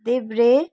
देब्रे